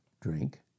drink